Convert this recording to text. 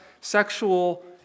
sexual